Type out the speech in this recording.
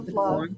love